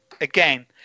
again